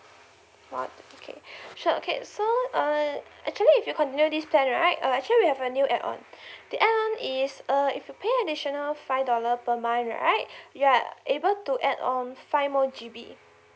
not okay sure okay so uh actually if you continue this plan right uh actually we have a new add on the add on is err if you pay additional five dollar per month right you are able to add on five more G_B